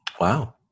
Wow